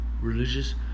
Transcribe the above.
Religious